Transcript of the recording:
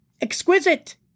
exquisite